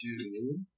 Two